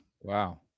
Wow